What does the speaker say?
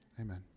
Amen